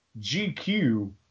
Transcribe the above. GQ